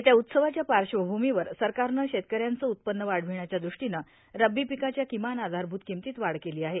येत्या उत्सवाच्या पार्श्वभूमीवर सरकारनं शेतकऱ्यांचं उत्पव्न वाढविण्याच्या दृष्टीनं रब्बी पिकाच्या किमान आधारभूत किमतीत वाढ केली आहे